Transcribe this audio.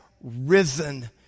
risen